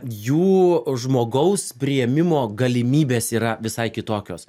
jų žmogaus priėmimo galimybės yra visai kitokios